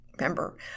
remember